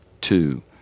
Two